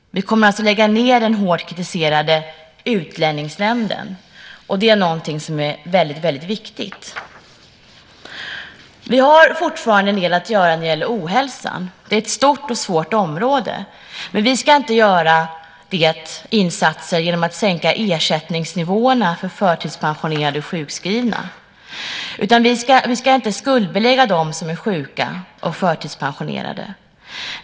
Vi kommer alltså att lägga ned den hårt kritiserade Utlänningsnämnden, vilket är väldigt viktigt. Vi har fortfarande en del att göra när det gäller ohälsan. Det är ett stort och svårt område, men vi ska inte göra insatser genom att sänka ersättningsnivåerna för förtidspensionerade och sjukskrivna. Vi ska inte skuldbelägga dem som är sjuka och förtidspensionerade.